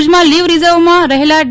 ભુજમાં લીવ રીઝર્વમાં રહેલાં ડી